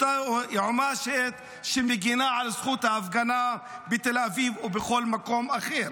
אותה יועמ"שית שמגינה על זכות ההפגנה בתל אביב ובכל מקום אחר.